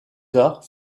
tard